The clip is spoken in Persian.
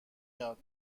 یاد